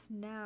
now